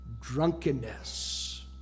drunkenness